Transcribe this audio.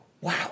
wow